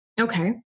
okay